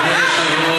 אדוני, יש פה שאלה.